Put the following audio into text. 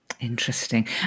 Interesting